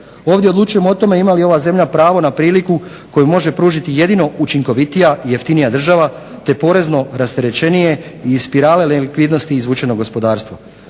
Ovdje odlučujemo o tome ima li ova zemlja pravo na priliku koju može pružiti jedino učinkovitija i jeftinija država, te porezno rasterećenije i iz spirale nelikvidnosti izvučeno gospodarstvo.